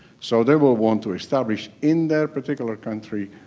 so, they will want to establish in their particular country